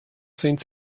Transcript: sind